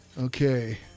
Okay